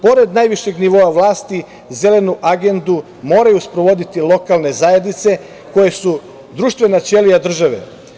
Pored najvišeg nivoa vlasti, Zelenu agendu moraju sprovoditi lokalne zajednice koje su društvena ćelija države.